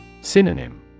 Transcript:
Synonym